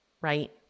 right